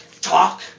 talk